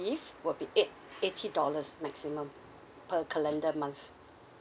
~ive will be eight~ eighty dollars maximum per calendar month